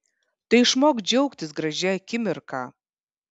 tai išmok džiaugtis gražia akimirka